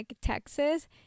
Texas